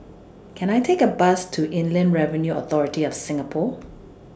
Can I Take A Bus to Inland Revenue Authority of Singapore